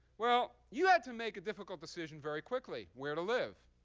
well, you had to make a difficult decision very quickly where to live.